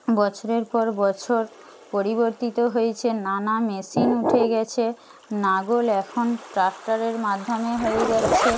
বছরের পর বছর পরিবর্তিত হয়েছে নানা মেশিন উঠে গিয়ছে লাঙল এখন ট্রাক্টরের মাধ্যমে হয়ে যাচ্ছে